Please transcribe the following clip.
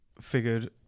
figured